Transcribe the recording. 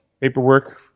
paperwork